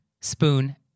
spoon